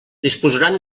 disposaran